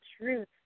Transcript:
truth